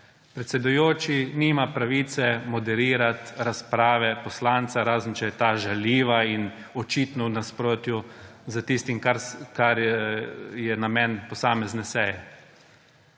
predsednike – nima pravice moderirati razprave poslanca, razen če je ta žaljiva in očitno v nasprotju s tistim, kar je namen posamezne seje.